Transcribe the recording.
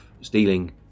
stealing